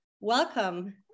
Welcome